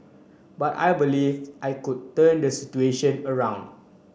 but I believed I could turn the situation around